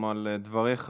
גם על דבריך,